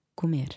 comer